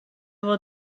fod